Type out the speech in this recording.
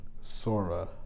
Sora